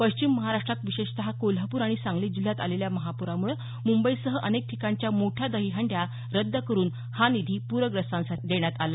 पश्चिम महाराष्ट्रात विशेषतः कोल्हापूर आणि सांगली जिल्ह्यात आलेल्या महापूरामूळं मुंबईसह अनेक ठिकाणच्या मोठ्या दहिहंड्या रद्द करून हा निधी प्रग्रस्तांसाठी देण्यात आला